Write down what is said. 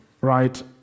right